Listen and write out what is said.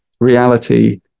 reality